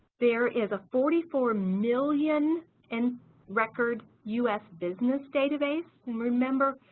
there is a forty four million and record us business database and remember